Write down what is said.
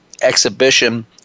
exhibition